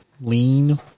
lean